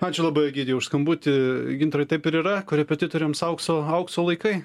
ačiū labai egidijau už skambutį gintarai taip ir yra korepetitoriams aukso aukso laikai